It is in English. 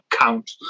count